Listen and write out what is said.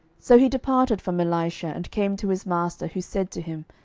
so he departed from elisha, and came to his master who said to him,